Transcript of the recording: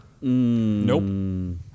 Nope